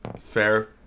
fair